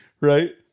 right